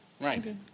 Right